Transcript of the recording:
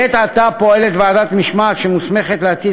לעת עתה פועלת ועדת משמעת שמוסמכת להטיל